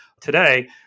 today